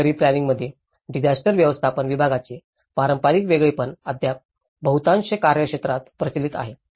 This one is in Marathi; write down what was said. शहरी प्लॅनिंइंगात डिजास्टर व्यवस्थापन विभागांचे पारंपारिक वेगळेपण अद्याप बहुतांश कार्यक्षेत्रात प्रचलित आहे